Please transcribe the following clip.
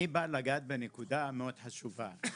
אני בא לגעת בנקודה מאוד חשובה.